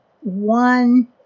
one